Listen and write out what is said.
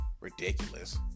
ridiculous